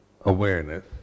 awareness